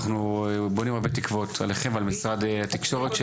אנחנו בונים הרבה תקווה עליכם ועל משרד התקשורת.